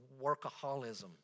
workaholism